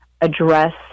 address